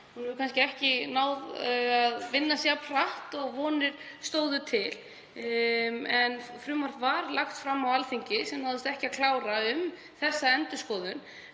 Hún hefur kannski ekki náð að vinnast jafn hratt og vonir stóðu til en frumvarp var lagt fram á Alþingi sem náðist ekki að klára um þessa endurskoðun.